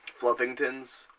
Fluffingtons